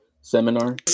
seminar